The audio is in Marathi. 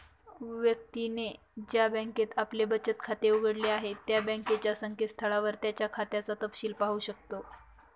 व्यक्तीने ज्या बँकेत आपले बचत खाते उघडले आहे त्या बँकेच्या संकेतस्थळावर त्याच्या खात्याचा तपशिल पाहू शकतो